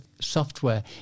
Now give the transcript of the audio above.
software